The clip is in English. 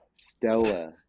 Stella